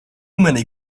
many